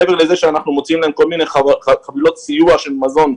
מעבר לזה שאנחנו מוציאים להם כל מיני חבילות סיוע של מזון,